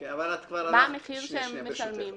מה המחיר שהם משלמים.